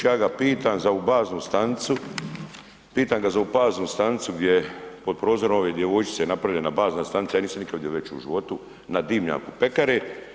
Ja ga pitam za ovu baznu stanicu, pitam ga za ovu baznu stanicu gdje je pod prozorom ove djevojčice napravljena bazna stanica, ja nisam vidio veću u životu na dimnjaku pekare.